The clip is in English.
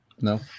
no